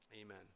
Amen